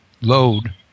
load